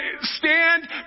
stand